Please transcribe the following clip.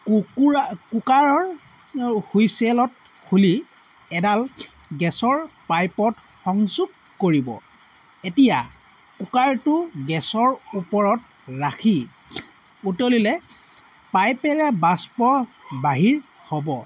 কুকুৰা কুকাৰৰ অৰ হুইচেলত খুলি এডাল গেছৰ পাইপত সংযোগ কৰিব এতিয়া কুকাৰটো গেছৰ ওপৰত ৰাখি উতলিলে পাইপেৰে বাষ্প বাহিৰ হ'ব